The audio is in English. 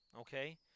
Okay